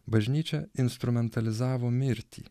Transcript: bažnyčia instrumentalizavo mirtį